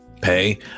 pay